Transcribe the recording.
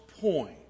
point